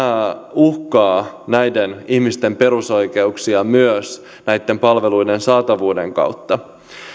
nämä uhkaavat näiden ihmisten perusoikeuksia myös näiden palveluiden saatavuuden kautta